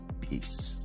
peace